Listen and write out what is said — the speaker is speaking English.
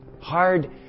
hard